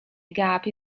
gap